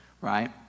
right